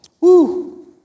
Woo